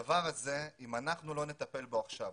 הדבר הזה, אם אנחנו לא נטפל בו עכשיו,